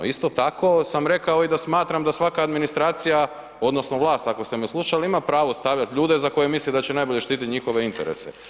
Isto tako sam rekao i da smatram da svaka administracija odnosno vlas, ako ste me slušali ima pravo stavljat ljude za koje misli da će najbolje štitit njihove interese.